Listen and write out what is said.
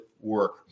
work